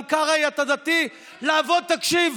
גם קרעי, אתה דתי, תקשיב,